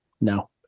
No